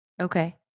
Okay